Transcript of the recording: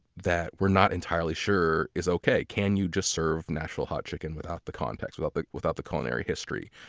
that we're not entirely sure is okay? can you just serve nashville hot chicken without the context, without but without the culinary history,